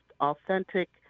authentic